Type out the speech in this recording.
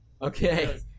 Okay